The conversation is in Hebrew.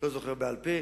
לא זוכר בעל-פה,